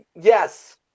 Yes